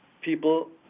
people